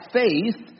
faith